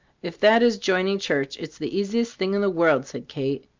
if that is joining church, it's the easiest thing in the world, said kate.